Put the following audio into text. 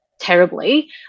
terribly